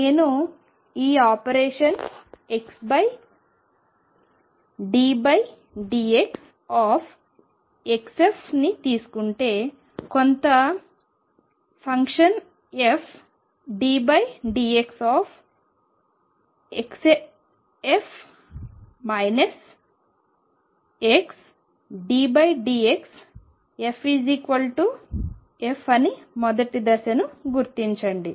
నేను ఈ operation ddx ని తీసుకుంటే కొంత function f ddx xddxf f అని మొదటి దశను గుర్తించండి